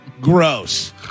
gross